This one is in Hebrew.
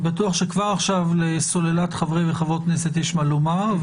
אני בטוח שכבר עכשיו לסוללת חברי וחברות הכנסת יש מה לומר,